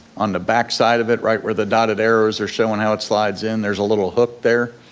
on the backside of it right where the dotted arrows are showing how it slides in, there's a little hook there.